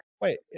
Wait